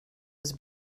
was